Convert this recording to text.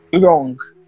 wrong